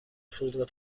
فرودگاه